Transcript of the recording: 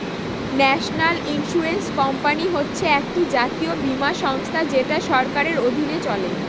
national insurance company হচ্ছে একটি জাতীয় বীমা সংস্থা যেটা সরকারের অধীনে চলে